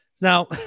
Now